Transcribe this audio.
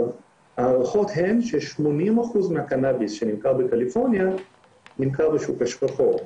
ההערכות הן ש-80% מהקנאביס שנמכר בקליפורניה נמכר בשוק השחור.